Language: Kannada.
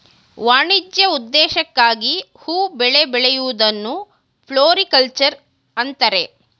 ವಾಣಿಜ್ಯ ಉದ್ದೇಶಕ್ಕಾಗಿ ಹೂ ಬೆಳೆ ಬೆಳೆಯೂದನ್ನು ಫ್ಲೋರಿಕಲ್ಚರ್ ಅಂತರೆ